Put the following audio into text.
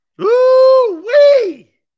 Ooh-wee